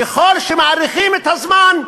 ככל שמאריכים את הזמן,